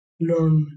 learn